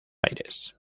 aires